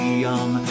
young